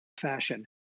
fashion